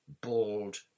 bald